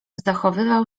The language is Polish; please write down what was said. zachowywał